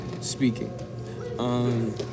speaking